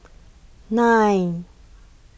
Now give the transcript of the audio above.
nine